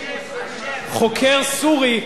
חוקר סורי,